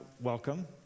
Welcome